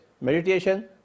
meditation